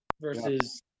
versus